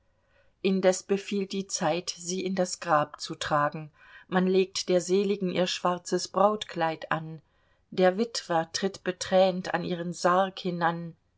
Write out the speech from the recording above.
indes befiehlt die zeit sie in das grab zu tragen man legt der seligen ihr schwarzes brautkleid an der witwer tritt betränt an ihren sarg hinan